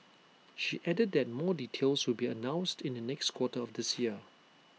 she added that more details will be announced in the next quarter of this year